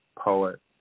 poet